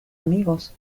amigos